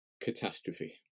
catastrophe